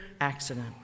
accident